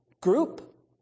group